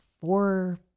four